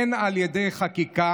הן על ידי חקיקה,